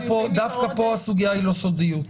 דווקא פה הסוגיה היא לא סודיות.